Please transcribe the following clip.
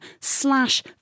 slash